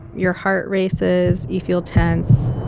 your heart races, you feel tense,